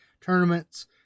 tournaments